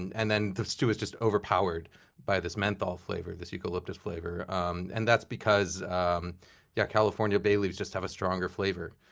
and and the stew was just overpowered by this menthol flavor, this eucalyptus flavor. um and that's because and yeah california bay leaves just have a stronger flavor,